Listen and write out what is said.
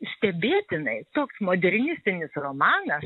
stebėtinai toks modernistinis romanas